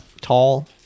tall